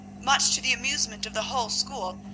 much to the amusement of the whole school,